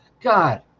God